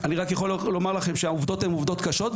אני רק יכול לומר לכם שהעובדות הן עובדות קשות,